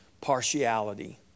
partiality